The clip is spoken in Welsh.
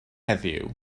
heddiw